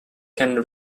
can